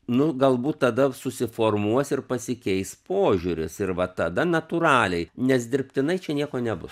nu galbūt tada susiformuos ir pasikeis požiūris ir va tada natūraliai nes dirbtinai čia nieko nebus